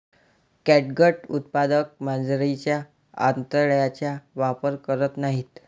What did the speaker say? catgut उत्पादक मांजरीच्या आतड्यांचा वापर करत नाहीत